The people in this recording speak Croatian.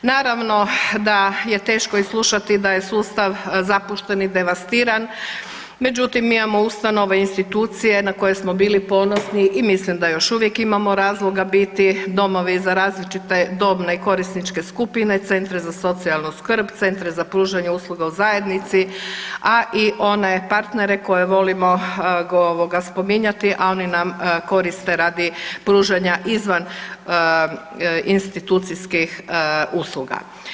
Naravno da je teško i slušati da je sustav zapušten i devastiran, međutim mi imamo ustanove i institucije na koje smo bili ponosni i mislim da još uvijek imamo razloga biti, domovi za različite dobne i korisničke skupine, centre za socijalnu skrb, centre za pružanje usluga u zajednici, a i one partnere koje volimo spominjati, a oni nam koriste radi pružanja izvan institucijskih usluga.